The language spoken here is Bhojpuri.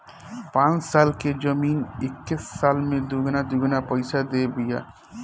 पाँच लाख के जमीन एके साल में दुगुना तिगुना पईसा देत बिया